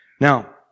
Now